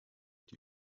die